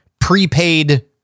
prepaid